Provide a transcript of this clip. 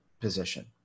position